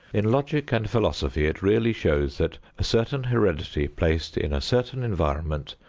in logic and philosophy it really shows that, a certain heredity placed in a certain environment,